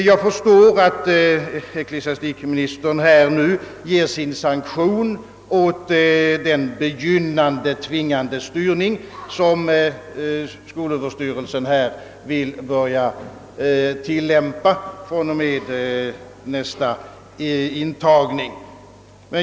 Jag förstår att ecklesiastikministern nu ger sin sanktion åt den tvingande styrning som skolöverstyrelsen vill börja tillämpa från och med nästa intagning.